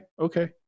okay